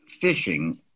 fishing